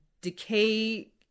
decay